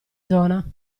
zona